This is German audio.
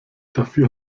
dafür